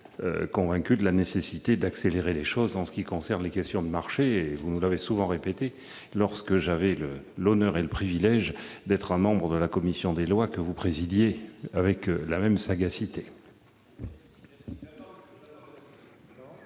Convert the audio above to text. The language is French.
convaincu de la nécessité d'accélérer les processus en matière de passations de marché ; vous nous le répétiez souvent lorsque j'avais l'honneur et le privilège d'être un membre de la commission des lois, que vous présidiez avec la sagacité